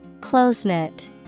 Close-knit